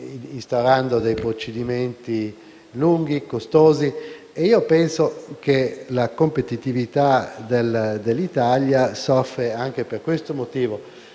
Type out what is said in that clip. instaurando procedimenti lunghi e costosi. Penso che la competitività dell'Italia soffra anche per questo motivo,